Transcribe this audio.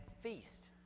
feast